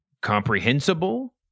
comprehensible